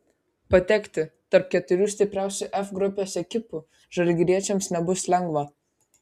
patekti tarp keturių stipriausių f grupės ekipų žalgiriečiams nebus lengva